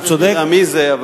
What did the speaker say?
אני לא זוכר מי זה.